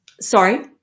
sorry